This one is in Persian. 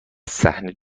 صحنه